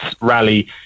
rally